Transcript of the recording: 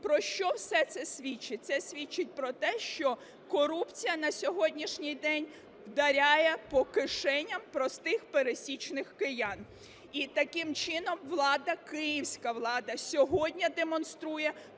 Про що все це свідчить? Це свідчить про те, що корупція на сьогоднішній день вдаряє по кишенях простих пересічних киян. І таким чином влада, київська влада, сьогодні демонструє